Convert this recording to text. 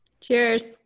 Cheers